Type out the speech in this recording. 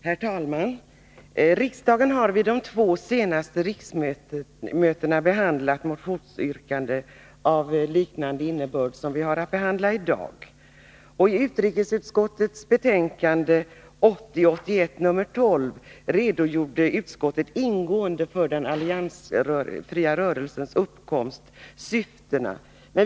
Herr talman! Riksdagen har vid de två senaste riksmötena behandlat motionsyrkanden av liknande innebörd som vi har att behandla i dag. I utrikesutskottets betänkande 1980/81:12 redogjorde utskottet ingående för den alliansfria rörelsens uppkomst och syften.